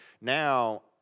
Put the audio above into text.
now